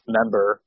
member